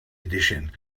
edition